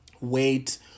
weight